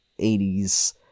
80s